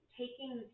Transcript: taking